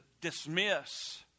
dismiss